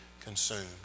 consumed